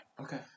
Okay